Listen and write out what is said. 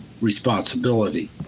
responsibility